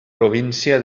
província